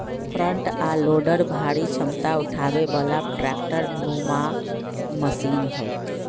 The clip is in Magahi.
फ्रंट आ लोडर भारी क्षमता उठाबे बला ट्रैक्टर नुमा मशीन हई